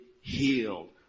healed